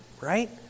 right